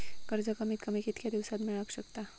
कर्ज कमीत कमी कितक्या दिवसात मेलक शकता?